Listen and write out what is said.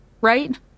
right